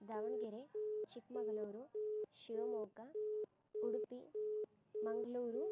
Davanagere Chikmagalur Shivamogga Udupi Mangaluru